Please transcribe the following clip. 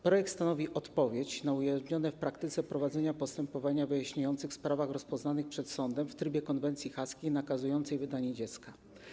Projekt stanowi odpowiedź na ujawnione w praktyce prowadzenia postępowań wyjaśniających w sprawach rozpoznanych przed sądem w trybie konwencji haskiej nakazującej wydanie dziecka.